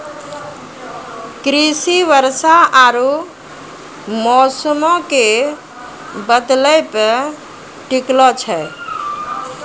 कृषि वर्षा आरु मौसमो के बदलै पे टिकलो छै